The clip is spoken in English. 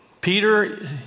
Peter